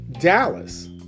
Dallas